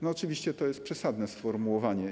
No, oczywiście to jest przesadne sformułowanie.